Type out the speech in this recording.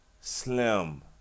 Slim